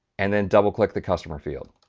and then double-click the customer field.